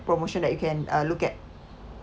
promotion that you can uh look at